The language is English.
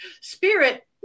Spirit